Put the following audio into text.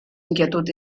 inquietud